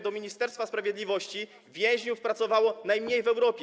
do Ministerstwa Sprawiedliwości, więźniów pracowało najmniej w Europie?